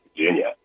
Virginia